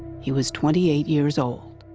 he was twenty eight years old.